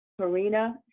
Karina